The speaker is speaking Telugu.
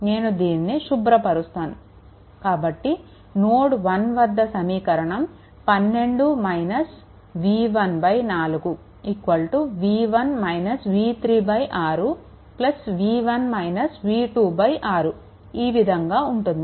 నేను దీనిని శుభ్రపరుస్తాను కాబట్టి నోడ్1 వద్ద సమీకరణం 12 - v14 v1 - v3 6 v1 - v26 ఈ విధంగా ఉంటుంది